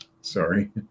Sorry